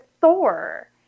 Thor